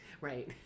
Right